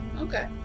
Okay